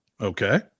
Okay